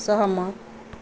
सहमत